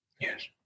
Yes